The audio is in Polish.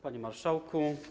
Panie Marszałku!